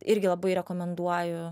irgi labai rekomenduoju